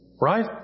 Right